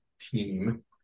team